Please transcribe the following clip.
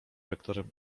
rektorem